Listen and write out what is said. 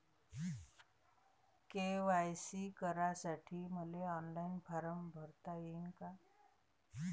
KYC करासाठी मले online form भरता येईन का?